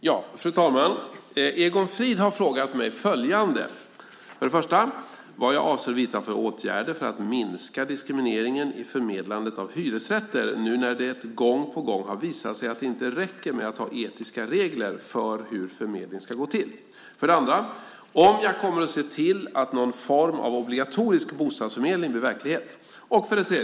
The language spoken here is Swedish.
Fru talman! Egon Frid har frågat mig följande: 1. Vad avser statsrådet att vidta för åtgärder för att minska diskrimineringen i förmedlandet av hyresrätter nu när det gång på gång har visat sig att det inte räcker med att ha etiska regler för hur förmedling ska gå till? 2. Kommer statsrådet att se till att någon form av obligatorisk bostadsförmedling blir verklighet? 3.